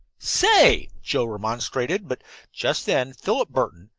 say! joe remonstrated. but just then philip burton,